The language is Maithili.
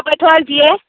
बैठल छियै